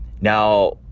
Now